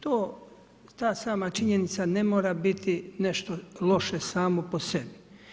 Ta sama činjenica ne mora biti nešto loše samo po sebi.